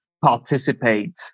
participate